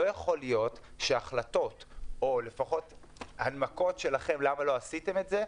לא יכול להיות שהחלטות או הנמקות שלכם למה לא עשיתם על זה,